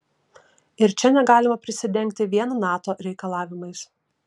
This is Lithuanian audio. ir čia negalima prisidengti vien nato reikalavimais